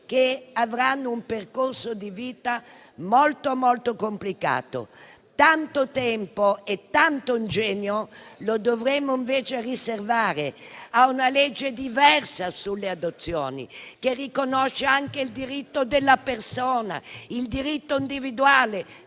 che avranno un percorso di vita molto, molto complicato. Tanto tempo e tanto ingegno li dovremmo invece riservare a una legge diversa sulle adozioni, che riconosca anche il diritto della persona, il diritto individuale,